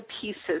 pieces